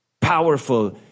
Powerful